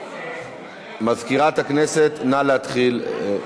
מזכירת הכנסת, נא להתחיל.